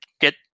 get